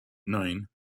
nine